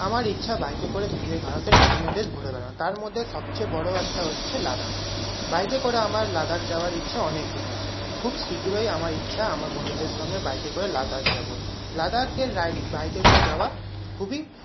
আমার ইচ্ছা বাইকে করে ভারতের বিভিন্ন দেশ ঘুরে বেড়ানো তার মধ্যে সবচেয়ে বড়ো একটা হচ্ছে লাদাখ বাইকে করে আমার লাদাখ যাওয়ার ইচ্ছা অনেকদিনের খুব শীঘ্রই আমার ইচ্ছা আমার বন্ধুদের সঙ্গে বাইকে করে লাদাখ যাব লাদাখের বাইকে করে যাওয়া খুবই